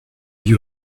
you